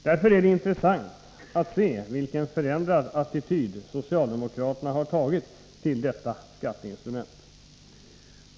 Därför är det intressant att se vilken förändrad attityd socialdemokraterna har intagit till detta skatteinstrument.